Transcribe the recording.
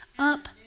up